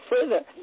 further